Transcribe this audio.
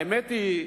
האמת היא,